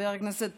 חבר הכנסת